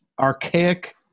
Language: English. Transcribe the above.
archaic